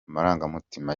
amarangamutima